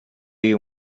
you